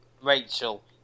Rachel